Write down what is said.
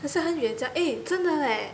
可是很远这样 eh 真的 leh